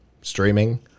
Streaming